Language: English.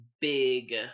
big